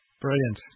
Brilliant